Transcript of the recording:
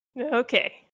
Okay